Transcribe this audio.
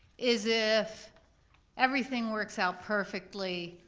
is if everything works out perfectly,